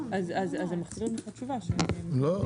אז הם מחזירים את התשובה --- לא,